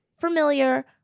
familiar